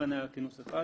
אכן היה כינוס אחד